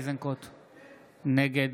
(קורא בשמות חברי הכנסת) גדי איזנקוט, נגד